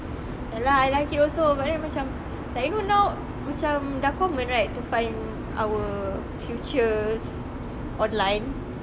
ya lah I like it also but then macam like you know now macam dah common right to find our futures online